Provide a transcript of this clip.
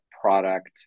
product